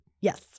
Yes